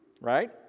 right